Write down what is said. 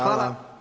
Hvala.